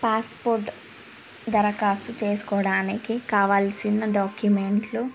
passport దరఖాస్తు చేసుకోవడానికి కావాల్సిన డాక్యుమెంట్లు